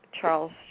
charles